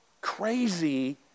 crazy